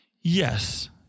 Yes